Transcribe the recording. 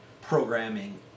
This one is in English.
programming